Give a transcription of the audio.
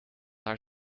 haar